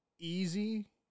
easy